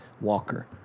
Walker